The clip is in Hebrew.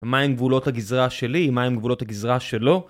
מהם גבולות הגזרה שלי, מהם גבולות הגזרה שלו.